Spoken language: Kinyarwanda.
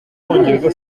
umwongereza